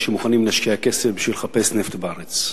שמוכנים להשקיע כסף בשביל לחפש נפט בארץ.